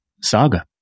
saga